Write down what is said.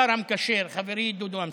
השר המקשר, חברי דודו אמסלם,